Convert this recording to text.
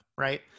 Right